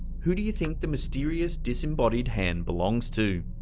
who do you think the mysterious disembodied hand belongs to?